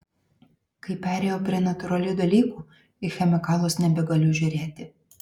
kai perėjau prie natūralių dalykų į chemikalus nebegaliu žiūrėti